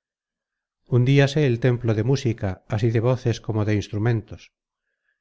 más principales hundíase el templo de música así de voces como de instrumentos